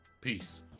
Peace